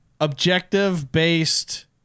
objective-based